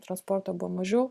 transporto buvo mažiau